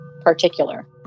particular